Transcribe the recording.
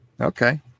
Okay